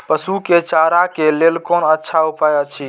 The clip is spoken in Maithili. पशु के चारा के लेल कोन अच्छा उपाय अछि?